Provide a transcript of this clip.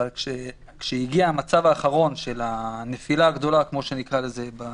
אבל כשהגיע המצב האחרון של הנפילה הגדולה בחודש